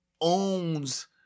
owns